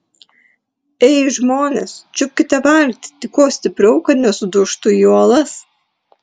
ei žmonės čiupkite valtį tik kuo stipriau kad nesudužtų į uolas